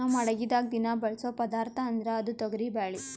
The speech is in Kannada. ನಮ್ ಅಡಗಿದಾಗ್ ದಿನಾ ಬಳಸೋ ಪದಾರ್ಥ ಅಂದ್ರ ಅದು ತೊಗರಿಬ್ಯಾಳಿ